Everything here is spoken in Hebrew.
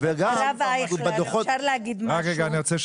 אני רוצה את